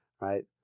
right